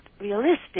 realistic